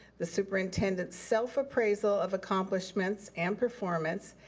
the superintendent's self-appraisal of accomplishments and performance,